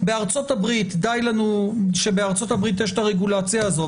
שדי לנו שבארצות-הברית יש הרגולציה הזאת,